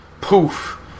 poof